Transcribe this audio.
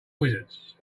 wizards